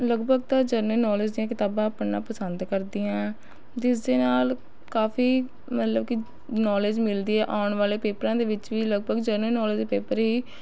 ਲਗਭਗ ਤਾਂ general knowledge ਦੀਆਂ ਕਿਤਾਬਾਂ ਪੜ੍ਹਨਾ ਪਸੰਦ ਕਰਦੀ ਹਾਂ ਜਿਸਦੇ ਨਾਲ ਕਾਫੀ ਮਤਲਬ ਕਿ ਨੋਲੇਜ਼ ਮਿਲਦੀ ਹੈ ਆਉਣ ਵਾਲੇ ਪੇਪਰਾਂ ਦੇ ਵਿੱਚ ਵੀ ਲਗਭਗ ਜਰਨਲ ਨੋਲੇਜ਼ ਦੇ ਪੇਪਰ ਹੀ